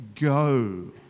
go